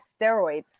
steroids